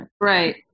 Right